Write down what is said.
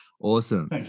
Awesome